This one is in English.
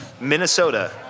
Minnesota